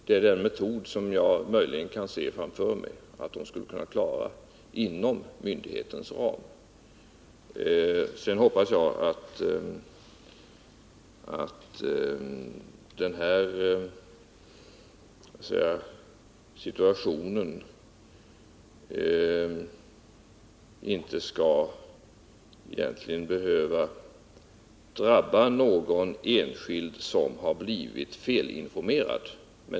Det är en möjlig metod att tillämpa inom myndighetens ram. Jag hoppas att inte någon enskild, som har blivit felinformerad, skall behöva drabbas.